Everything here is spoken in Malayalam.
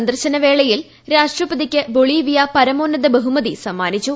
സന്ദർശന വേളയിൽ രാഷ്ട്രപതിക്ക് ബൊളീവിയ പരമോന്നത ബഹുമതി സമ്മാനിച്ചു